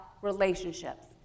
relationships